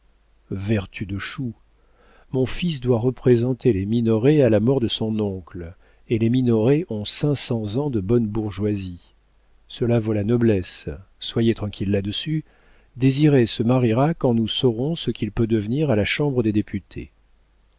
vertu de chou mon fils doit représenter les minoret à la mort de son oncle et les minoret ont cinq cents ans de bonne bourgeoisie cela vaut la noblesse soyez tranquilles là-dessus désiré se mariera quand nous saurons ce qu'il peut devenir à la chambre des députés